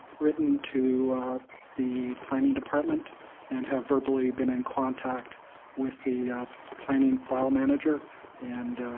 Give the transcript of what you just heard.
written to the planning department and have verbally been in contact with the planning file manager and